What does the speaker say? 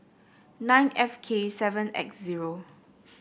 nine F K seven X zero